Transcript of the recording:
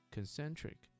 Concentric